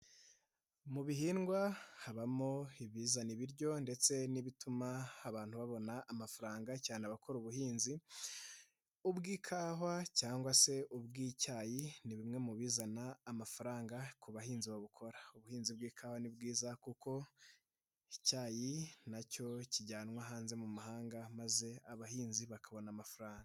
Mu bihingwa habamo ibizana ibiryo ndetse n'ibituma abantu babona amafaranga cyane abakora ubuhinzi, ubw'ikawa cyangwa se ubw'icyayi ni bimwe mu bizana amafaranga ku bahinzi babukora. Ubuhinzi bw'ikawa nibwi kuko icyayi nacyo kijyanwa hanze mu mahanga maze abahinzi bakabona amafaranga.